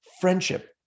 friendship